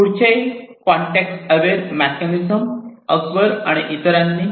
पुढचे context aware mechanism Akbar आणि इतरांनी Akbar et al